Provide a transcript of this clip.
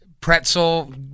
pretzel